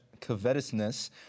covetousness